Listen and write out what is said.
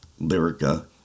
Lyrica